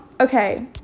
Okay